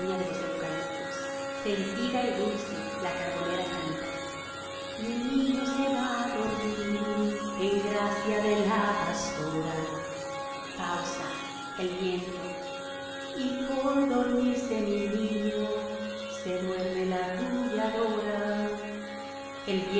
de los eucaliptos sentida y dulce la carbonera canta mi niño se va á dormir en gracia de la pastora pausa el viento y por dormirse mi niño se duerme la arrulladora el viento